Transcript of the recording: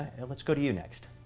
and let's go to you next.